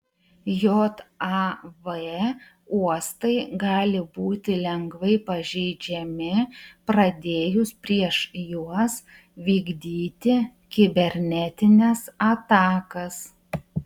jav uostai gali būti lengvai pažeidžiami pradėjus prieš juos vykdyti kibernetines atakas